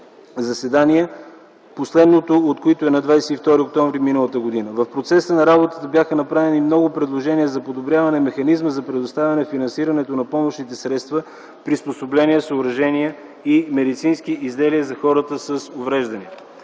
заседания, последното от които е на 22 октомври м.г. В процеса на работа бяха направени много предложения за подобряване механизма за предоставяне финансирането на помощните средства, приспособления, съоръжения и медицински изделия за хората с увреждания.